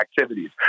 activities